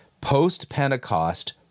post-Pentecost